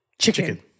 Chicken